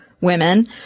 women